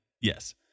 yes